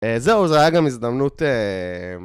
זהו זה היה גם הזדמנות